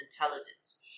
intelligence